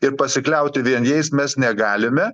ir pasikliauti vien jais mes negalime